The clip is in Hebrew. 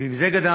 ועם זה גדלנו.